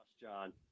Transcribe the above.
John